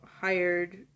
hired